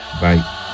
Bye